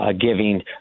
giving